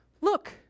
look